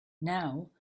now